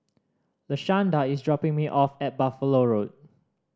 Lashanda is dropping me off at Buffalo Road